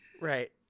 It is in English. Right